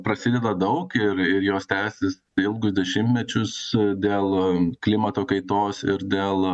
prasideda daug ir ir jos tęsis ilgus dešimtmečius su dėl klimato kaitos ir dėl